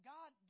God